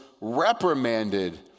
reprimanded